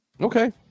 Okay